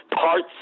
parts